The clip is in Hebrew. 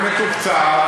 זה מתוקצב,